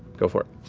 go for